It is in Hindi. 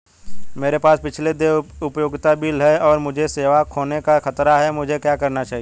मेरे पास पिछले देय उपयोगिता बिल हैं और मुझे सेवा खोने का खतरा है मुझे क्या करना चाहिए?